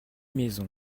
maisons